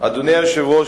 אדוני היושב-ראש,